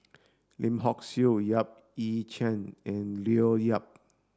Lim Hock Siew Yap Ee Chian and Leo Yip